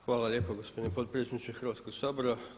Hvala lijepo gospodine potpredsjedniče Hrvatskoga sabora.